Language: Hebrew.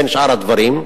בין שאר הדברים.